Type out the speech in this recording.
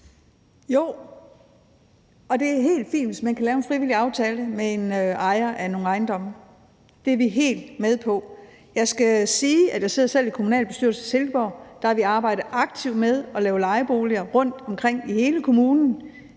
Jo, og det er helt fint, hvis man kan lave en frivillig aftale med en ejer af nogle ejendomme. Det er vi helt med på. Jeg skal sige, at jeg selv sidder i kommunalbestyrelsen i Silkeborg, og der har vi arbejdet aktivt med at lave lejeboliger rundtomkring i hele kommunen.